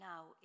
Now